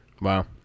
Wow